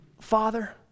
Father